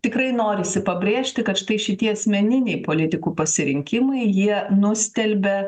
tikrai norisi pabrėžti kad štai šitie asmeniniai politikų pasirinkimai jie nustelbia